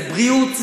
זה בריאות,